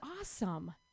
awesome